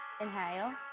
inhale